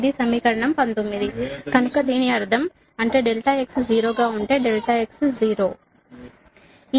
ఇది సమీకరణం 19 కనుక దీని అర్థం అంటే ∆x 0 గా ఉంటే ∆x 0 ఉంటే